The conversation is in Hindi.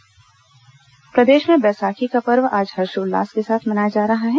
बैसाखी प्रदेश में बैसाखी का पर्व आज हर्षोल्लास के साथ मनाया जा रहा है